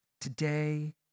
Today